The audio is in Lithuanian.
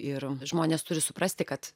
ir žmonės turi suprasti kad